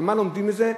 ומה לומדים מזה,